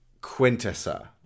Quintessa